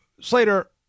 Slater